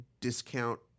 discount